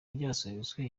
ryasubitswe